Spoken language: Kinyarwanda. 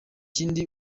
kandi